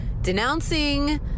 denouncing